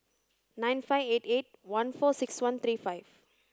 nine five eight eight one four six one three five